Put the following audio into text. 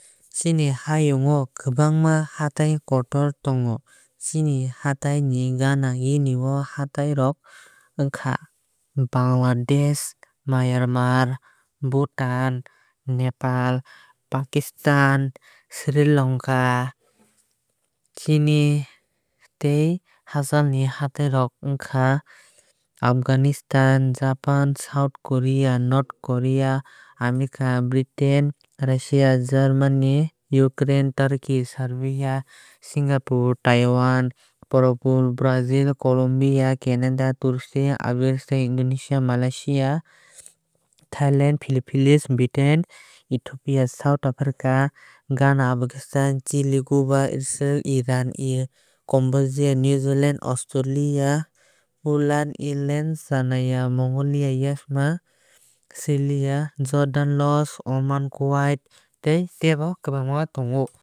Chini hayung o kwbangma hatai kotor tongo. Chini hatai ni gana gini ni hatai rok ongkha Bangladesh Myanmar Bhutan Nepal Pakistan Sri Lanka. Chini tei hachal ni hatai rok ongka Afghanistan Japan South Korea North Korea America Britain Russia Germany Turkey Saudi Arabia Singapore Taiwan Ukraine Purtugal Brazil Columbia Canada Turmenistan Ajerbaijan Indonesia Malaysia Thailand Philipines Vietnam Ethopia South Africa Ghana Uzbekistan Chile Cuba Israel Iran Irad Combodia New Zealand Australia Austria Poland Ireland Chechanya Mongolia Yemen Syria Jordan Laos Oman Kuwait tei tebo kwbangma.